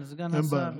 טוב, אין בעיה.